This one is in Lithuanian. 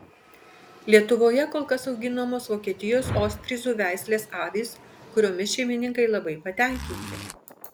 lietuvoje kol kas auginamos vokietijos ostfryzų veislės avys kuriomis šeimininkai labai patenkinti